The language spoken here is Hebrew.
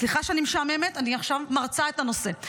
סליחה שאני משעממת, אני עכשיו מרצה את הנושא.